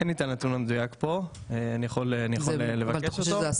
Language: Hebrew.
אין לי את הנתון המדויק פה, אני יכול לבקש אותו.